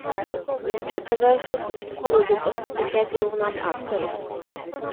kita vertus kuo daugiau pasitikėti jaunam aktoriui